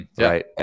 right